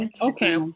Okay